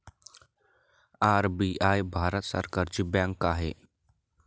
RBI Bharat सरकारची bank आहे